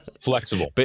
Flexible